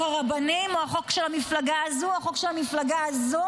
הרבנים או החוק של המפלגה הזו או החוק של המפלגה הזו